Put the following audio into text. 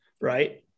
right